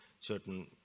certain